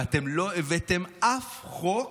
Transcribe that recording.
ולא הבאתם אף חוק,